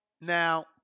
Now